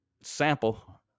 sample